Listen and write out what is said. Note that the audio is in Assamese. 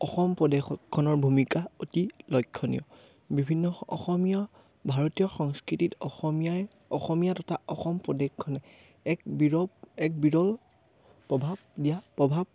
অসম প্ৰদেশখনৰ ভূমিকা অতি লক্ষণীয় বিভিন্ন অসমীয়া ভাৰতীয় সংস্কৃতিত অসমীয়াই অসমীয়া তথা অসম প্ৰদেশখনে এক বিৰূপ এক বিৰল প্ৰভাৱ দিয়া প্ৰভাৱ